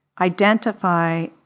identify